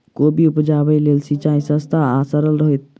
कोबी उपजाबे लेल केँ सिंचाई सस्ता आ सरल हेतइ?